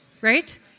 right